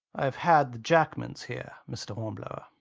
i've had the dackmans here, mr. hornblower.